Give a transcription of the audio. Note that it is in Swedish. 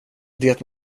det